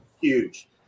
huge